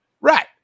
right